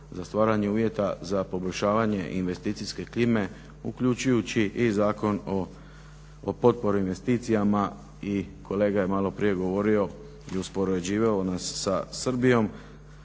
za stvaranje uvjeta za poboljšavanje investicijske klime uključujući i Zakon o potpori investicijama i kolega je malo prije govorio i uspoređivao nas sa Srbijom.